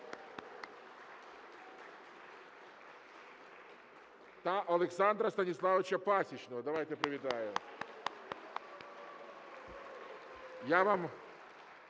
та Олександра Станіславовича Пасічного. Давайте привітаємо.